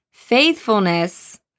faithfulness